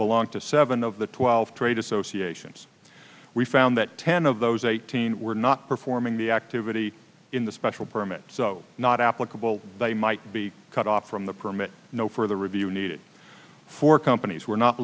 belong to seven of the twelve trade associations we found that ten of those eighteen were not performing the activity in the special permit so not applicable they might be cut off from the permit no further review needed for companies were not